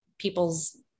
people's